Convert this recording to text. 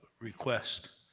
request.